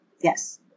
Yes